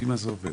לפי מה זה עובד?